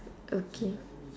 okay